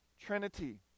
trinity